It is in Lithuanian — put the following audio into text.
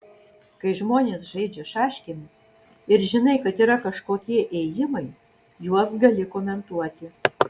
kai žmonės žaidžia šaškėmis ir žinai kad yra kažkokie ėjimai juos gali komentuoti